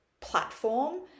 platform